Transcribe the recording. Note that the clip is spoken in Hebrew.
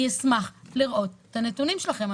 אני אשמח לראות את הנתונים שלכם.